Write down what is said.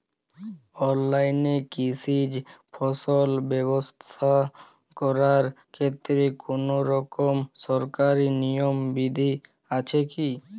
অনলাইনে কৃষিজ ফসল ব্যবসা করার ক্ষেত্রে কোনরকম সরকারি নিয়ম বিধি আছে কি?